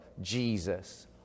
Jesus